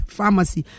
Pharmacy